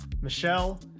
Michelle